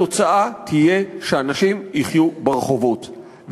התוצאה תהיה שאנשים יחיו ברחובות,